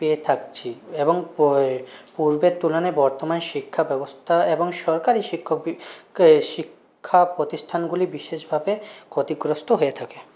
পেয়ে থাকছি এবং পয়ে পূর্বের তুলনায় বর্তমান শিক্ষা ব্যবস্থা এবং সরকারি শিক্ষকই কে শিক্ষা প্রতিষ্ঠানগুলি বিশেষভাবে ক্ষতিগ্রস্ত হয়ে থাকে